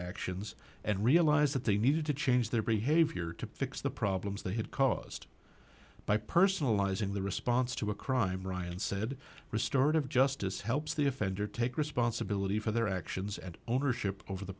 actions and realize that they needed to change their behavior to fix the problems they had caused by personalizing the response to a crime ryan said restorative justice helps the offender take responsibility for their actions and ownership over the